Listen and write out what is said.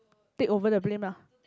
take over the blame lah